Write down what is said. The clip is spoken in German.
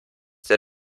der